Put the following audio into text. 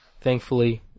Thankfully